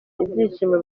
ibyishimo